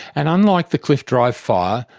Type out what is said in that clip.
and unlike the cliff drive fire,